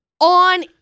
on